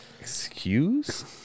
excuse